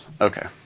Okay